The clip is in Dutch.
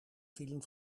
vielen